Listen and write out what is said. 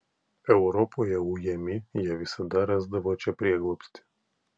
europoje ujami jie visada rasdavo čia prieglobstį